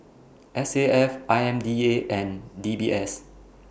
S A F I M D A and D B S